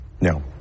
No